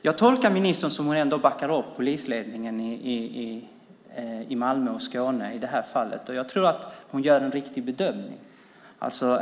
Jag tolkar ministern så att hon ändå backar upp polisledningen i Malmö och Skåne i det här fallet, och jag tror att hon gör en riktig bedömning.